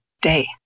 day